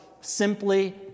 simply